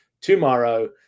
tomorrow